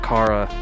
Kara